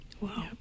Wow